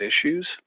issues